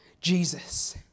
Jesus